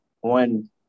one